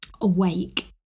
awake